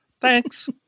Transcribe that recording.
Thanks